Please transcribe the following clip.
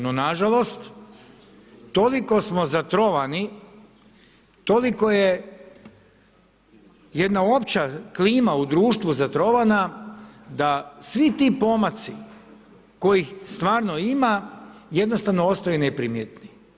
No nažalost toliko smo zatrovani, toliko je jedna opća klima u društvu zatrovana da svi ti pomaci kojih stvarno ima, jednostavno ostaju neprimjetni.